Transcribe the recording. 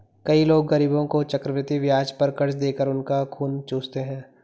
कई लोग गरीबों को चक्रवृद्धि ब्याज पर कर्ज देकर उनका खून चूसते हैं